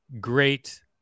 great